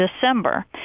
December